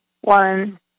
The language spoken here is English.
one